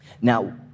Now